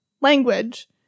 language